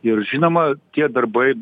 ir žinoma tie darbai